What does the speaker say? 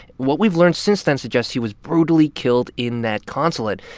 what we've learned since then suggests he was brutally killed in that consulate.